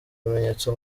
ibimenyetso